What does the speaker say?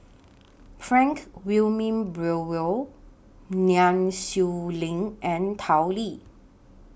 Frank Wilmin Brewer Nai Swee Leng and Tao Li